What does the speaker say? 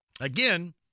Again